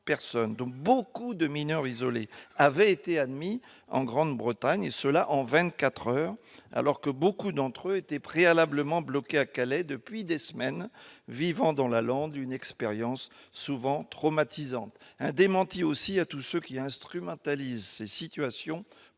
dont nombre de mineurs isolés, avaient été admises en Grande-Bretagne, et cela en 24 heures, alors que beaucoup d'entre eux étaient préalablement bloqués à Calais depuis des semaines, vivant dans la lande une expérience souvent traumatisante. Je veux aussi adresser un démenti à tous ceux qui instrumentalisent ces situations pour en